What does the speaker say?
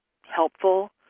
helpful